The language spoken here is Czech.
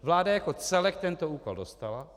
Vláda jako celek tento úkol dostala.